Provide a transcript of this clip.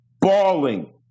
bawling